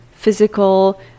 Physical